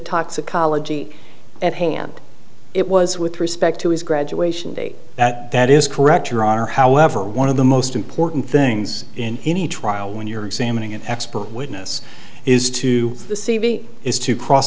toxicology at hand it was with respect to his graduation date that that is correct your honor however one of the most important things in any trial when you're examining an expert witness is to the c v is to cross